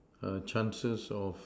err chances of